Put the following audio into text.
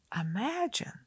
Imagine